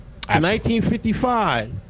1955